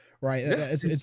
right